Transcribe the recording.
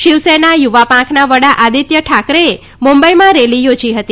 શિવસેના યુવા પાંખના વડા આદિત્ય ઠાકરેએ મુંબઈમાં રેલી યોજી હતી